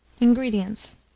Ingredients